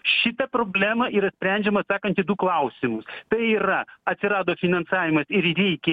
šita problema yra sprendžiama atsakant į du klausimus tai yra atsirado finansavimas ir reikia